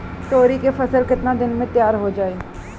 तोरी के फसल केतना दिन में तैयार हो जाई?